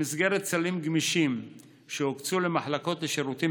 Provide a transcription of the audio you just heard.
במסגרת סלים גמישים שהוקצו למחלקות לשירותים